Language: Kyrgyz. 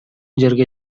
жерге